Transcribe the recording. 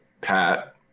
Pat